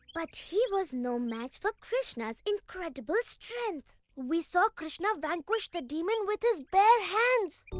but he was no match for krishna's incredible strength! we saw krishna vanquish the demon with his bare hands!